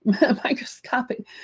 microscopic